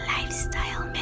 Lifestyle